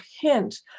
hint